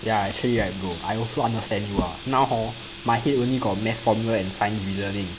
ya actually right !aiyo! I also understand you ah now hor my head only got math formula and science reasoning